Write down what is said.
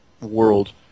world